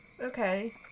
Okay